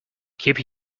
keep